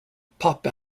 pop